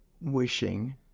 wishing